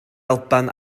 alban